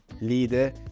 leader